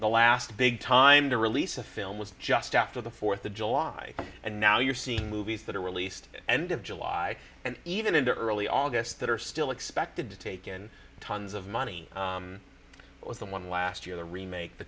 the last big time to release a film was just after the fourth of july and now you're seeing movies that are released in end of july and even into early august that are still expected to take in tons of money it was the one last year the remake the